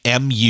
mu